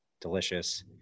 delicious